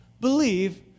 believe